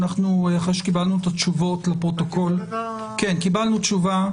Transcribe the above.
אחרי שקיבלנו את התשובות לפרוטוקול --- זה מספק אותך?